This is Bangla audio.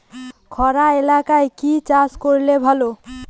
খরা এলাকায় কি চাষ করলে ভালো?